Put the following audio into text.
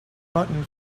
button